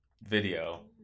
video